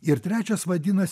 ir trečias vadinas